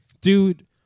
dude